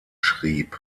schrieb